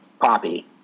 Poppy